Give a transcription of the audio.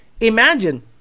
imagine